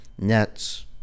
nets